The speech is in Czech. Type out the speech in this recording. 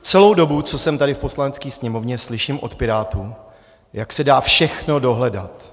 Celou dobu, co jsem tady v Poslanecké sněmovně, slyším od pirátů, jak se dá všechno dohledat.